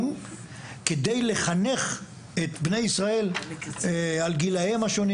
זה להשקיע משאבים כדי לחנך את בני ישראל על גילים השונים